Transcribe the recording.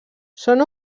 són